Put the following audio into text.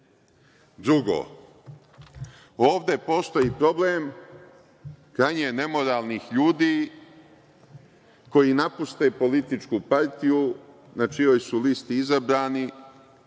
ovde postoji problem krajnje nemoralnih ljudi koji napuste političku partiju, na čijoj su listi izabrani,